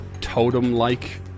totem-like